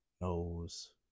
knows